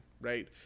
right